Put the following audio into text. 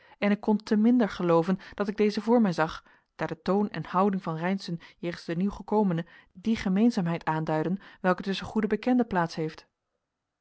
en ik kon te minder gelooven dat ik dezen voor mij zag daar de toon en houding van reynszen jegens den nieuwgekomene die gemeenzaamheid aanduidden welke tusschen goede bekenden plaats heeft